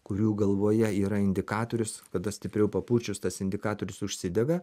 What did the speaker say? kurių galvoje yra indikatorius kada stipriau papūrčius tas indikatorius užsidega